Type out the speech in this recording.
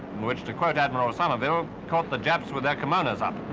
which to quote admiral somerville, caught the japs with their kimonos up.